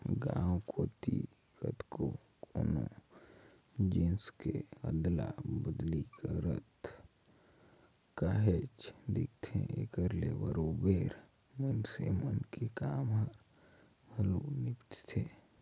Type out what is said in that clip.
गाँव कोती कतको कोनो जिनिस के अदला बदली करत काहेच दिखथे, एकर ले बरोबेर मइनसे मन के काम हर घलो निपटथे